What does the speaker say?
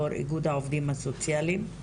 יו"ר איגוד העובדים הסוציאליים.